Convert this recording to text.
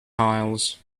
tiles